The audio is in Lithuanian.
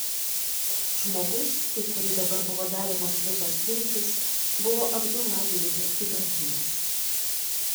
žmogus į kurį dabar buvo dedamos visos viltys buvo abdula dėdė ibrahimas